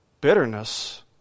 Bitterness